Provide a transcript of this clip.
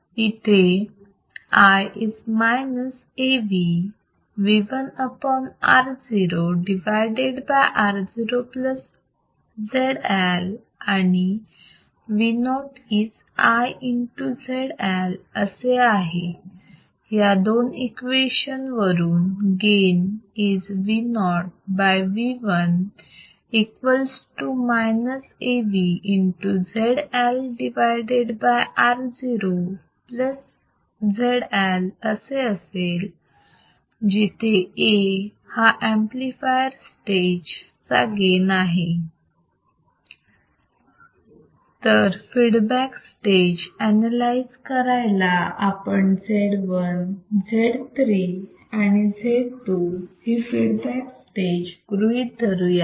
इथे I is minus AV VI upon Ro divided by Ro plus ZL and Vo is I into ZL असे आहे या दोन equation वरून Gain is Vo by VI equals to minus AV into ZL divided by Ro plus ZL असे असेल जिथे A हा amplifier stage चा गेन आहे तर फीडबॅक स्टेज अनालाइज करायला आपण Z1 Z3 and Z2 ही फीडबॅक स्टेज गृहीत धरूयात